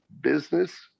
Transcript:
business